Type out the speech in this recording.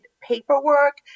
paperwork